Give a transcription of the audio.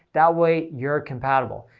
that way you're compatible.